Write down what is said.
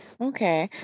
Okay